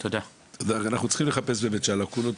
אנחנו צריכים להוריד את הלקונות